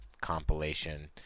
compilation